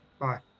Bye